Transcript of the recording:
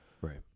Right